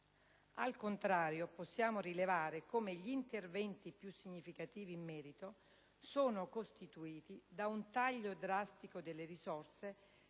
Al contrario, possiamo rilevare come gli interventi più significativi in merito sono costituiti da un taglio drastico delle risorse